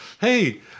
hey